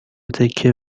تکه